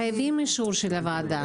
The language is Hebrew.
חייבים אישור של ועדה.